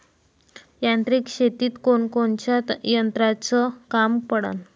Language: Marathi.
यांत्रिक शेतीत कोनकोनच्या यंत्राचं काम पडन?